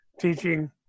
teaching